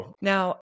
Now